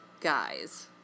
guys